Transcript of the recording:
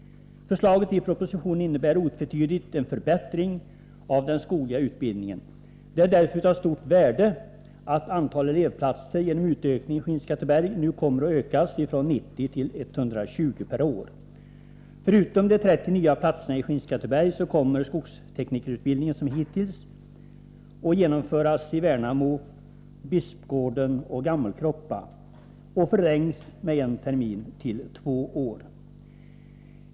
Förslaget i propositionen innebär otvetydigt en förbättring av den skogliga utbildningen. Det är därför av stort värde att antalet elevplatser genom utökningen i Skinnskatteberg nu kommer att ökas från 90 till 120 per år. Förutom de 30 nya platserna i Skinnskatteberg kommer skogsteknikerutbildning som hittills att genomföras i Värnamo, Bispgården och Gammelkroppa, och den förlängs med en termin till två år.